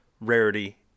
rarity